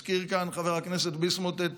הזכיר כאן חבר הכנסת ביסמוט את